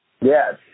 Yes